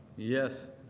yes,